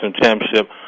championship